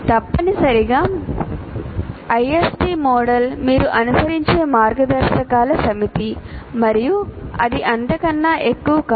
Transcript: తప్పనిసరిగా ISD model మీరు అనుసరించే మార్గదర్శకాల సమితి మరియు అది అంతకన్నా ఎక్కువ కాదు